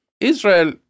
Israel